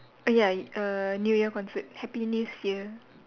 err ya err new year concert happy next year